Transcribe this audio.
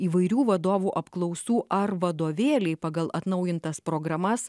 įvairių vadovų apklausų ar vadovėliai pagal atnaujintas programas